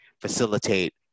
facilitate